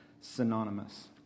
Synonymous